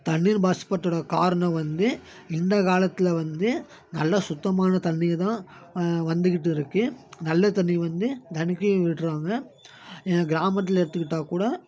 தண்ணீர் மாசுபாட்டோட காரணம் வந்து இந்த காலத்தில் வந்து நல்ல சுத்தமான தண்ணிங்க தான் வந்துகிட்டு இருக்குது நல்ல தண்ணி வந்து தெனக்கும் விட்டுறாங்க எங்கள் கிராமத்தில் எடுத்துக்கிட்டால் கூட